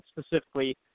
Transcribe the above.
specifically